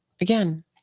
Again